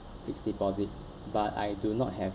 fixed deposit but I do not have